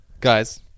Guys